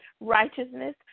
righteousness